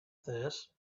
this